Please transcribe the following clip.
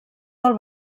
del